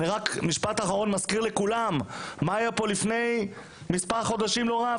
רק משפט אחרון אני מזכיר לכולם מה היה כאן לפני מספר חודשים לא רב,